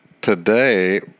today